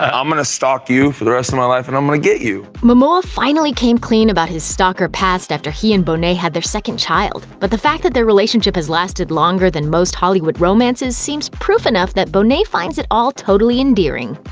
ah i'm going to stalk you for the rest of my life, and i'm going to get you momoa finally came clean about his stalker past after he and bonet had their second child. but the fact that their relationship has lasted longer than most hollywood romances seems proof enough that bonet finds it all totally endearing.